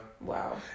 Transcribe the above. Wow